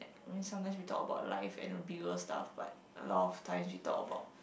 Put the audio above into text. and then sometimes we talk about life and the pillow stuff but a lot of time she talk about